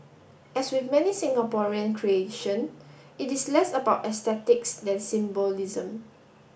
as with many Singaporean creation it is less about aesthetics than symbolism